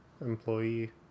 employee